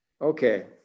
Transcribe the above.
Okay